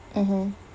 mmhmm